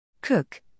Cook